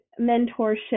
mentorship